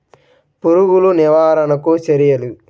పురుగులు నివారణకు చర్యలు?